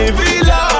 villa